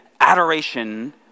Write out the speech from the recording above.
adoration